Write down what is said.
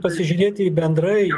pasižiūrėti bendrai